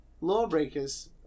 Lawbreakers